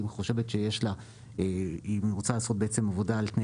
אם היא חושבת שהיא רוצה לעשות עבודה על תנאי